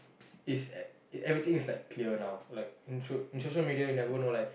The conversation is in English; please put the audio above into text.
is e~ everything is like clear now like in so~ in social media you never know like